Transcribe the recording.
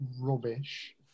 rubbish